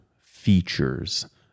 features